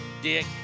Dick